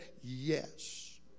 yes